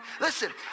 listen